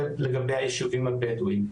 זה לגבי היישובים הבדואים.